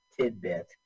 tidbit